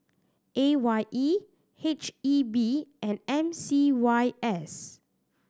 A Y E H E B and M C Y S